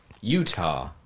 Utah